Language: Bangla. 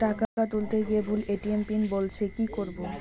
টাকা তুলতে গিয়ে ভুল এ.টি.এম পিন বলছে কি করবো?